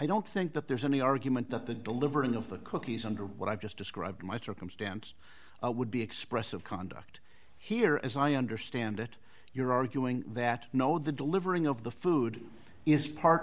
i don't think that there's any argument that the delivering of the cookies under what i've just described my circumstance would be expressive conduct here as i understand it you're arguing that no the delivering of the food is part